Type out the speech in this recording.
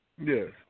Yes